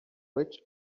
rich